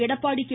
Edappadi K